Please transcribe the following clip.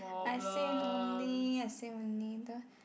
I say only I say only don't